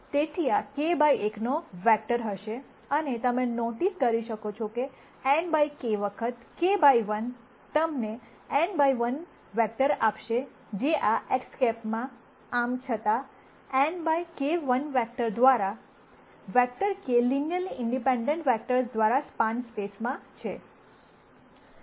તેથી આ k by 1નો વેક્ટર હશે અને તમે નોટિસ કરી શકો છો કે n બાય K વખત k બાય 1 તમને n બાય 1 વેક્ટર આપશે જે આ X̂ આમ છતાં n by 1 vector k linearly independent vectors દ્વારા સ્પાન સ્પેસ માં છે